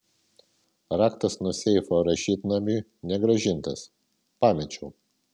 raktas nuo seifo rašytnamiui negrąžintas pamečiau